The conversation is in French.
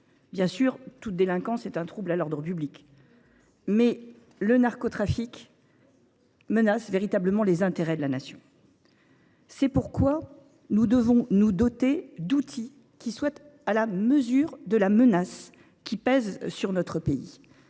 Bien sûr, toute délinquance est un trouble à l’ordre public, mais le narcotrafic menace véritablement les intérêts de la Nation. C’est pourquoi nous devons nous doter d’outils qui soient à la mesure de ce péril.